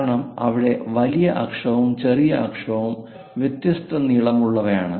കാരണം ഇവിടെ വലിയ അക്ഷവും ചെറിയ അക്ഷവും വ്യത്യസ്ത നീളമുള്ളവയാണ്